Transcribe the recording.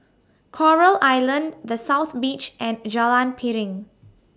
Coral Island The South Beach and Jalan Piring